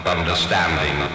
Understanding